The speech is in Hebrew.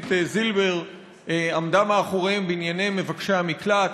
זילבר עמדה מאחוריהן בענייני מבקשי המקלט,